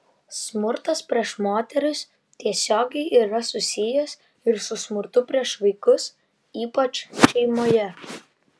smurtas prieš moteris tiesiogiai yra susijęs ir su smurtu prieš vaikus ypač šeimoje